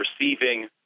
receiving